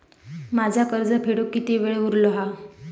माझा कर्ज फेडुक किती वेळ उरलो हा?